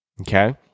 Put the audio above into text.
Okay